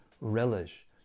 relish